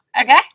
Okay